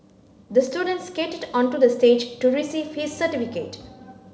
the student skated onto the stage to receive his certificate